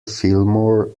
fillmore